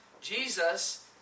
Jesus